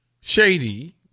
Shady